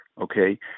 okay